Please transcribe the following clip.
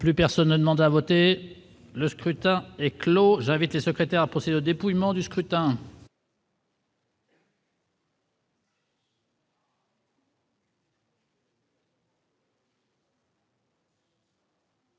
Plus personne n'a demandé à voter, le scrutin est clos invité secrétaire à procéder au dépouillement du scrutin.